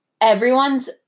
Everyone's